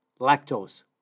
lactose